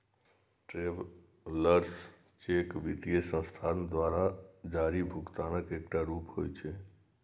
travellers cheque वित्तीय संस्थान द्वारा जारी भुगतानक एकटा रूप होइ छै